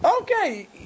Okay